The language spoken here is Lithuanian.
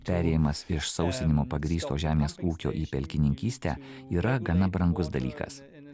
perėjimas iš sausinimo pagrįsto žemės ūkio į pelkininkystę yra gana brangus dalykas ir